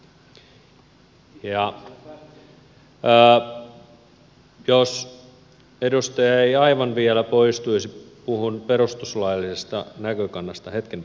jos edustaja ei aivan vielä poistuisi puhun perustuslaillisesta näkökannasta hetken päästä